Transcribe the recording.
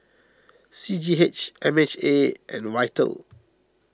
C G H M H A and Vital